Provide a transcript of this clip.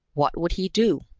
what would he do,